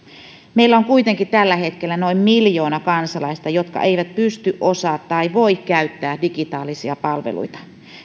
meillä on kuitenkin tällä hetkellä noin miljoona kansalaista jotka eivät pysty osaa tai voi käyttää digitaalisia palveluita